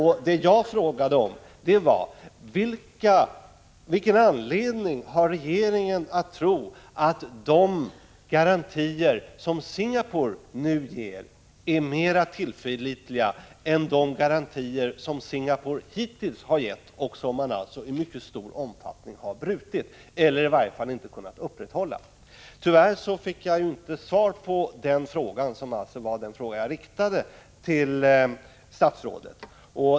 Det som jag frågade statsrådet om var: Vilken anledning har regeringen att tro att de garantier som Singapore nu ger är mer tillförlitliga än de garantier som Singapore hittills har gett men alltså i mycket stor omfattning har brutit eller i varje fall inte kunnat upprätthålla? Tyvärr fick jag inte svar på den frågan.